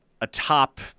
atop